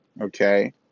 okay